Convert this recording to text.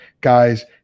guys